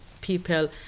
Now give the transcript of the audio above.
People